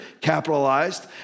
capitalized